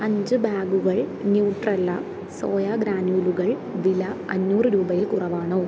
അഞ്ച് ബാഗുകൾ Nutrela soya ഗ്രാനുലുകൾ വില അഞ്ഞൂറ് രൂപയിൽ കുറവാണോ